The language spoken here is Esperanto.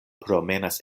promenas